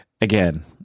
again